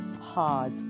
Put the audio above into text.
hard